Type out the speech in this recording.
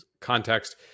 context